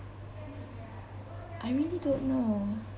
I really don't know